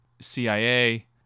CIA